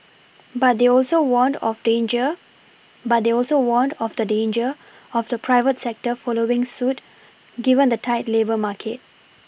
but they also warned of danger but they also warned of the danger of the private sector following suit given the tight labour market